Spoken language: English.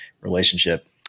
relationship